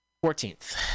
Fourteenth